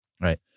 right